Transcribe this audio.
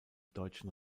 deutschen